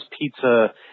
pizza